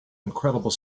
incredible